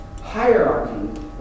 Hierarchy